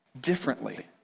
differently